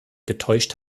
getäuscht